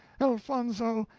elfonzo!